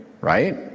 right